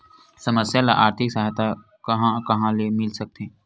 समस्या ल आर्थिक सहायता कहां कहा ले मिल सकथे?